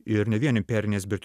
ir ne vien imperinės bet